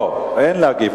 לא, אין להגיב.